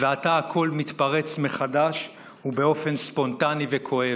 ועתה הכול מתפרץ מחדש ובאופן ספונטני וכואב.